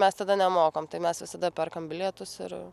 mes tada nemokam tai mes visada perkam bilietus ir